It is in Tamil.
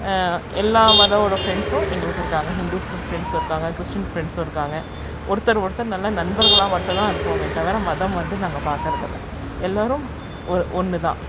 எல்லா மதமோடய ஃப்ரெண்ட்ஸும் எங்களுக்கு இருக்காங்க ஹிந்துஸு ஃப்ரெண்ட்ஸும் கிறிஸ்டீன் ஃப்ரெண்ட்ஸும் இருக்காங்க ஒருத்தருக்கொருத்தர் நல்லா நண்பர்களாக மட்டும் தான் இருப்போமே தவிர மதம் வந்து நாங்கள் பார்க்கறதில்ல எல்லோரும் ஒ ஒன்று தான்